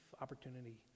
opportunity